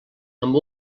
amb